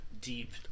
deep